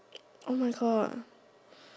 oh my god